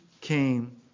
came